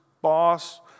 boss